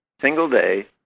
single-day